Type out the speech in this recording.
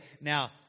Now